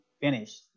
finish